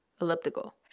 elliptical